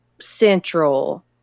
central